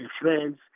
friends